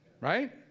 right